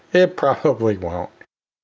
it probably won't.